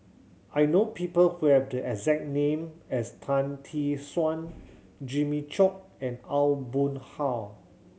I know people who have the exact name as Tan Tee Suan Jimmy Chok and Aw Boon Haw